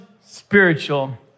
spiritual